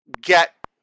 Get